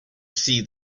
see